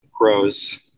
grows